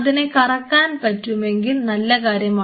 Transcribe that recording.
അതിനെ കറക്കാൻ പറ്റുമെങ്കിൽ നല്ല കാര്യമാണ്